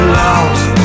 lost